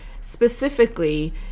specifically